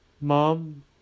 Mom